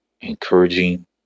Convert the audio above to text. Encouraging